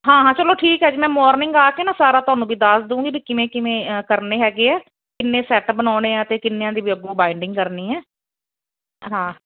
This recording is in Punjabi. ਹਾਂ ਹਾਂ ਚਲੋ ਠੀਕ ਹ ਜੀ ਮੈਂ ਮੋਰਨਿੰਗ ਆ ਕੇ ਨਾ ਸਾਰਾ ਤੁਹਾਨੂੰ ਵੀ ਦੱਸ ਦੂਗੀ ਵੀ ਕਿਵੇਂ ਕਿਵੇਂ ਕਰਨੇ ਹੈਗੇ ਆ ਕਿੰਨੇ ਸੈਟ ਬਣਾਉਣੇ ਆ ਤੇ ਕਿੰਨਿਆਂ ਦੀ ਬਾਇਡਿੰਗ ਕਰਨੀ ਐ ਹਾ